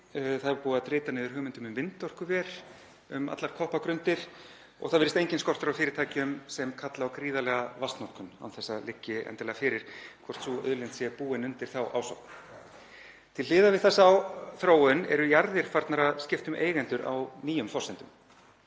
Það er búið að drita niður hugmyndum um vindorkuver út um allar koppagrundir og það virðist enginn skortur vera á fyrirtækjum sem kalla á gríðarlega vatnsnotkun án þess að það liggi endilega fyrir hvort sú auðlind sé búin undir þá ásókn. Til hliðar við þessa þróun eru jarðir farnar að skipta um eigendur á nýjum forsendum.